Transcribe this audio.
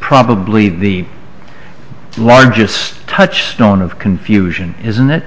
probably the largest touchstone of confusion is in that